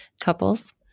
couples